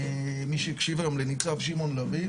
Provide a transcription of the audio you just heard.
מי שהקשיב היום לניצב שמעון לביא,